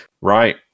Right